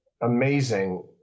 amazing